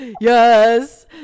yes